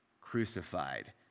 crucified